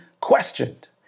questioned